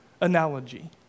analogy